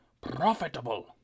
profitable